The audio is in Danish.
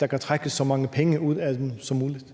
der kan trækkes så mange penge ud af dem som muligt?